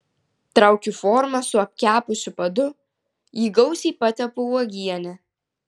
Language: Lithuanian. traukiu formą su apkepusiu padu jį gausiai patepu uogiene